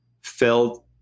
felt